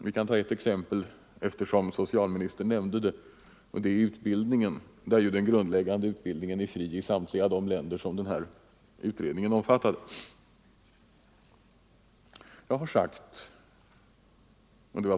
Vi kan ta ett exempel, eftersom socialministern nämnde det, nämligen utbildningen: Den grundläggande utbildningen är fri i samtliga de länder som den här utredningen omfattar.